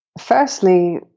Firstly